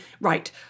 right